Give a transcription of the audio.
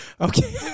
okay